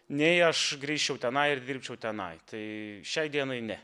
nei aš grįžčiau tenai ir dirbčiau tenai tai šiai dienai ne